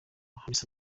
hamisa